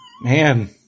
Man